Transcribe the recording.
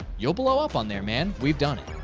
you'll blow up on there, man. we've done it.